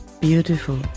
Beautiful